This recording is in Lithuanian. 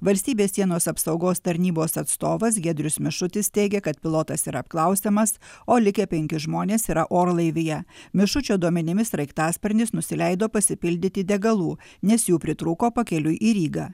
valstybės sienos apsaugos tarnybos atstovas giedrius mišutis teigė kad pilotas yra apklausiamas o likę penki žmonės yra orlaivyje mišučio duomenimis sraigtasparnis nusileido pasipildyti degalų nes jų pritrūko pakeliui į rygą